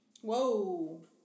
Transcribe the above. Whoa